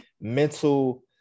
mental